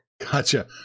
Gotcha